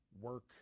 work